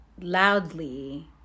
loudly